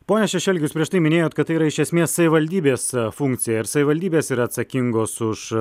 pone šešelgi jūs prieš tai minėjot kad tai yra iš esmės savivaldybės funkcija ir savivaldybės yra atsakingos už